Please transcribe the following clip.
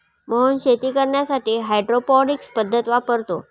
मोहन शेती करण्यासाठी हायड्रोपोनिक्स पद्धत वापरतो